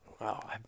wow